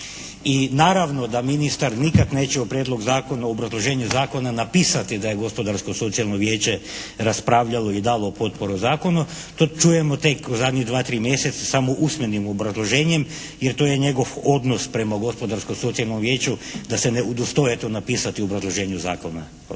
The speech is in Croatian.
I naravno da ministar nikad neće u Prijedlog zakona, u obrazloženju zakona napisati da je Gospodarsko socijalno vijeće raspravljalo i dalo potporu Zakonu, to čujemo tek u zadnjih 2, 3 mjeseca samo usmenim obrazloženjem jer to je njegov odnos prema Gospodarsko socijalnom vijeću da se ne udostoje napisati u obrazloženju zakona.